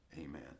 Amen